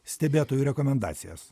stebėtojų rekomendacijas